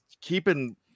keeping